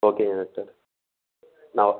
ஓகேங்க டாக்டர் நான்